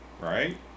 Right